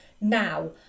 now